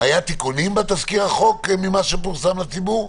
היו תיקונים בתזכיר החוק, ממה שפורסם לציבור?